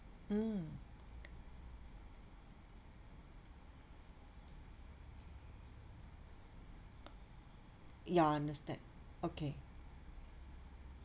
mm ya I understand okay